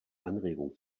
anregung